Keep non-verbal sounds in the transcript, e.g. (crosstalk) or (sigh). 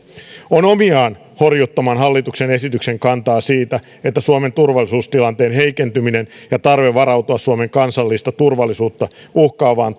on omiaan horjuttamaan hallituksen esityksen kantaa siitä että suomen turvallisuustilanteen heikentyminen ja tarve varautua suomen kansallista turvallisuutta uhkaavaan (unintelligible)